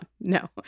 No